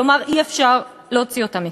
כלומר אי-אפשר להוציא אותם מכאן.